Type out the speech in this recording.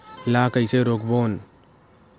ला कइसे रोक बोन?